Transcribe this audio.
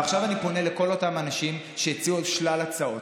עכשיו אני פונה לכל אותם האנשים שהציעו שלל הצעות.